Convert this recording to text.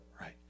Right